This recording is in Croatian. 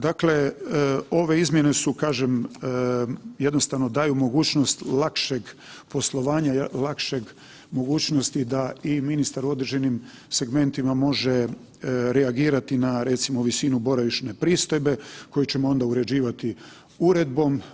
Dakle, ove izmjene su kažem, jednostavno daju mogućnost lakšeg poslovanja, lakše mogućnosti da i ministar u određenim segmentima može reagirati na recimo visinu boravišne pristojbe koji ćemo onda uređivati uredbom.